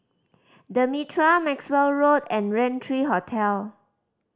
The Mitraa Maxwell Road and Rain Three Hotel